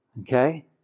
Okay